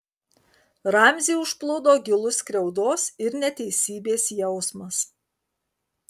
ramzį užplūdo gilus skriaudos ir neteisybės jausmas